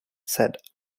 said